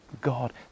God